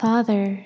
Father